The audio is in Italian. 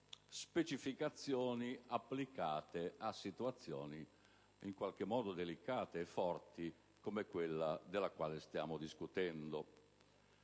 specificazioni applicate a situazioni delicate e forti come quella della quale stiamo discutendo.